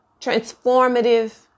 transformative